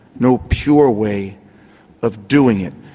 no pure way of doing it.